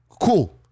cool